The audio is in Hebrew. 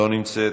אינה נוכחת.